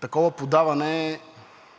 такова подаване